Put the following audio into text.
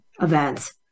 events